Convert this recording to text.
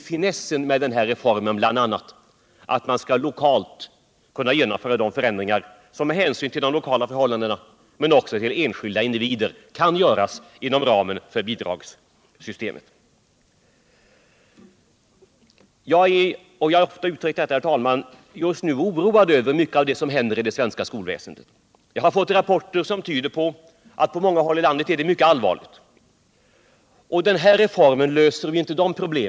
Finessen med denna reform är ju bl.a. att man lokalt skall kunna genomföra de förändringar son med hänsyn ull de lokala förhållandena och även med hänsyn till enskilda individer är möjliga att göra inom ramen för bidragssystemet. Herr talman! Jag är just nu oroad över mycket av det som händer inom det svenska skolväsendet. Jag har fått rapporter som tyder på att situationen på många håll i lundet är mycket allvarlig. Den reform vi nu diskuterar löser naturligtvis inte dessa problem.